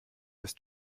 ist